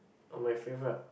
oh my favourite ah